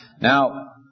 Now